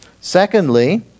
Secondly